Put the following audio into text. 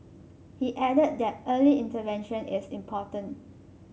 he added that early intervention is important